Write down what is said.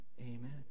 Amen